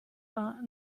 war